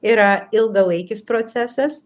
yra ilgalaikis procesas